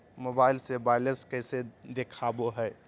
Mobile से balance कैसे देखाबो है?